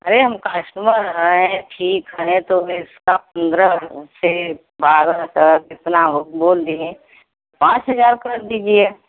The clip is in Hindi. अरे हम कस्टमर हैं ठीक है तो इसका पंद्रह से बारह तक जितना हो बोल दिए पाँच हजार कर दीजिए